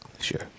Sure